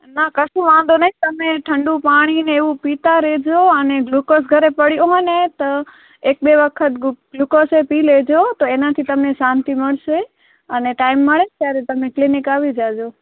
ના કશો વાંધો નહીં તમે ઠંડુ પાણી અને એવું પીતા રહેજો અને ગ્લુકોઝ ઘરે પડ્યું હોય ને તો એક બે વખત ગ્લુકોઝે પી લેજો તો એનાથી તમને શાંતિ મળશે અને ટાઇમ મળે ત્યારે તમે ક્લિનિક આવી જજો